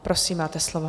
Prosím, máte slovo.